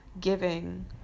giving